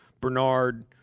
Bernard